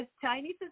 Chinese